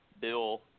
Bill